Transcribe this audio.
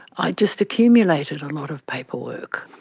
i just accumulated a lot of paperwork.